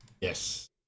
Yes